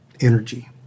energy